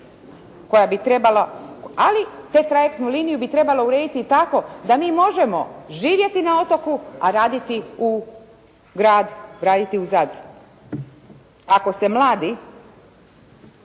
koja bi trebala, ali tu trajektnu liniju bi trebalo urediti tako da mi možemo živjeti na otoku a raditi u gradu, raditi u Zadru.» Ako se mladi